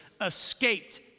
escaped